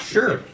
Sure